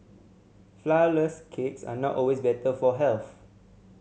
flourless cakes are not always better for health